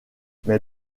mais